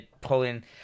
pulling